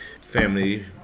family